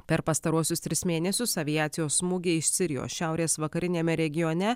per pastaruosius tris mėnesius aviacijos smūgiai iš sirijos šiaurės vakariniame regione